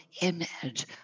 image